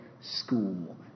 school